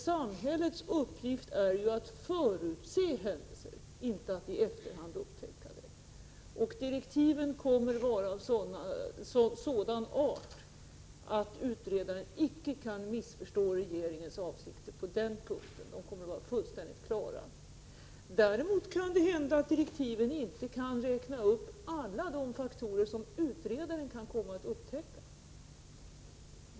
Samhällets uppgift är att förutse händelser, inte att i efterhand upptäcka dem. Direktiven kommer att vara av sådan art att utredaren icke kan missförstå regeringens avsikter på denna punkt, utan de kommer att vara fullständigt klara. Det kan däremot hända att jag i direktiven inte kan räkna upp alla de faktorer som utredaren kan komma att upptäcka.